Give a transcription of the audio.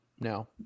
No